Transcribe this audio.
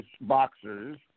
boxers